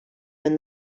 when